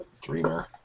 Dreamer